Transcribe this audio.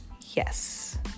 yes